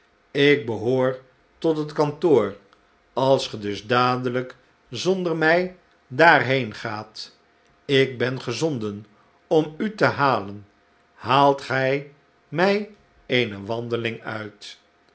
ik behoor tot het kantoor als ge dus dadelijk zonder mij daarheen gaat ik ben gezonden om u te halen haalt gij my eene wandeling uit